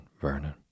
Vernon